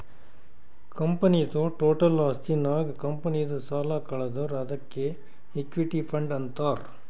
ಕಂಪನಿದು ಟೋಟಲ್ ಆಸ್ತಿ ನಾಗ್ ಕಂಪನಿದು ಸಾಲ ಕಳದುರ್ ಅದ್ಕೆ ಇಕ್ವಿಟಿ ಫಂಡ್ ಅಂತಾರ್